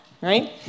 right